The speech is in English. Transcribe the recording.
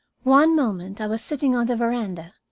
one moment i was sitting on the veranda,